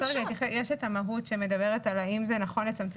יש את המהות שמדברת על האם זה נכון לצמצם